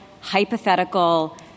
hypothetical